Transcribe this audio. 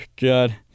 God